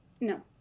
No